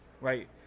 right